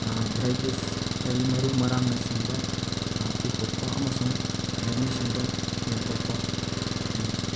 varieties ꯍꯥꯏꯕꯗꯤ ꯃꯔꯨ ꯃꯔꯥꯡꯅꯆꯤꯡꯕ ꯄꯨꯊꯣꯛꯄ ꯑꯃꯁꯨꯡ ꯂꯧꯃꯤꯁꯤꯡꯗ ꯌꯦꯟꯊꯣꯛꯄꯅꯤ